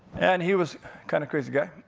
and he was kinda crazy guy.